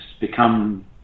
become